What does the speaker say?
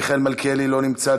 מיכאל מלכיאלי לא נמצא,